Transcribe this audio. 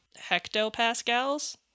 hectopascals